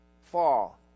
fall